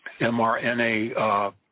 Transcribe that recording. mRNA